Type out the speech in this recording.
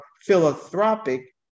philanthropic